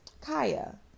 Kaya